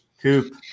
Coop